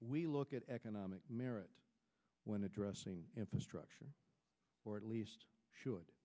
we look at economic merit when addressing infrastructure or at least should